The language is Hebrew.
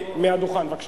מהדוכן, בבקשה.